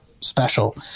special